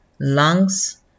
lungs